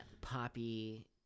poppy